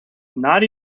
not